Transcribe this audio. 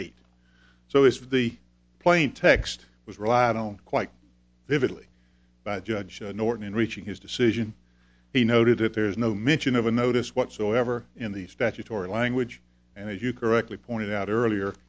eight so if the plain text was relied on quite vividly by judge norton in reaching his decision he noted if there is no mention of a notice whatsoever in the statutory language and as you correctly pointed out earlier